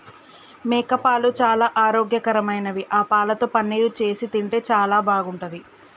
మేకపాలు చాలా ఆరోగ్యకరమైనవి ఆ పాలతో పన్నీరు చేసి తింటే చాలా బాగుంటది